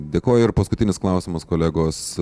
dėkoju ir paskutinis klausimas kolegos